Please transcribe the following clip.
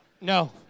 No